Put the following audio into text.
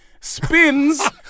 spins